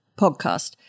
podcast